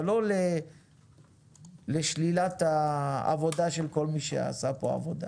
אבל לא לשלילת העבודה של כל מי שעשה פה עבודה.